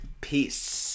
peace